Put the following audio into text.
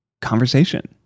conversation